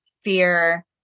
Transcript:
fear